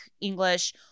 English